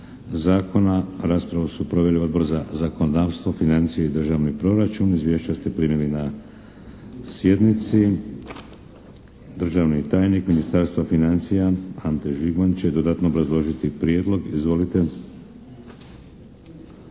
zakona. Raspravu su proveli Odbor za zakonodavstvo, financije i državni proračun. Izvješća ste primili na sjednici. Državni tajnik Ministarstva financija Ante Žigman će dodatno obrazložiti prijedlog, izvolite.